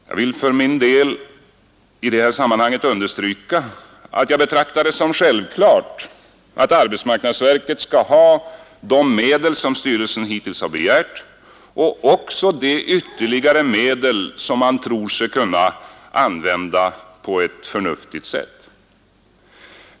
Jag vill för min del i det här sammanhanget understryka att jag betraktar det som självklart att arbetsmarknadsverket skall ha de medel som styrelsen hittills har begärt och också de ytterligare medel som man tror sig kunna använda på ett förnuftigt sätt.